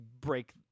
break